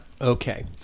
Okay